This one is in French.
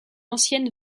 ancienne